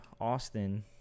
Austin